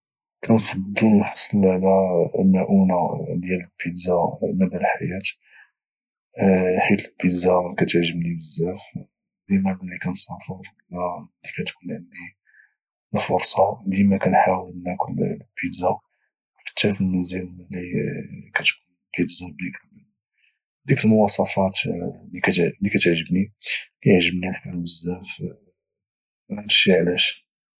كنفضل نحصل على مؤونة ديال البيتزا مدى الحياة حيت البيتزا كتعجبني بزاف وديما ملي كنسافر ولى ملي كتكون عندي الفرصة ديما كنحاول ناكل البيتزا وحتى في المنزل ملي كتكون البيتزا بديك المواصفات اللي كتعجبني كيعجبني الحال بزاف هادشي علاش